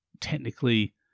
technically